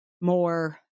more